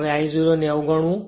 હવે I0 ને અવગણવું